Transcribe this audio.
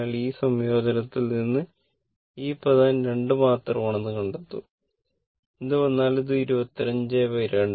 അതിനാൽ ഈ സംയോജനത്തിൽ നിന്ന് ഈ പദം 2 മാത്രമാണെന്ന് കണ്ടെത്തും എന്ത് വന്നാലും അത് 25 2